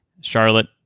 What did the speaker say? Charlotte